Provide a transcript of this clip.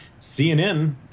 CNN